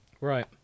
Right